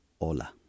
hola